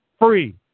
Free